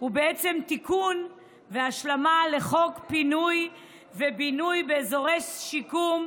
הוא תיקון והשלמה לחוק פינוי ובינוי באזורי שיקום,